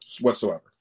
whatsoever